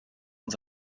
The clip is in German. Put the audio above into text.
und